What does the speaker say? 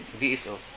VSO